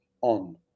on